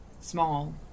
Small